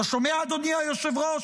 אתה שומע, אדוני היושב-ראש?